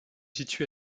situe